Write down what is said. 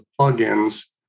plugins